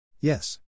Yes